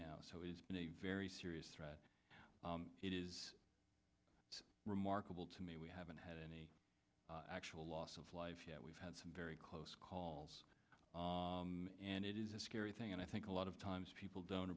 now so it's been a very serious threat it is remarkable to me we haven't had any actual loss of life yet we've had some very close calls and it is a scary thing and i think a lot of times people don't